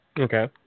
Okay